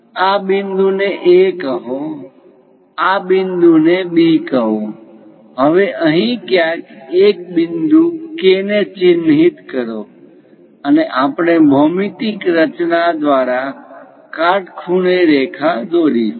આ બિંદુ ને A કહો આ બિંદુ ને B કહો હવે અહીં ક્યાંક એક બિંદુ K ને ચિહ્નિત કરો અને આપણે ભૌમિતિક રચના દ્વારા કાટખૂણે રેખા દોરી શું